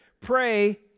Pray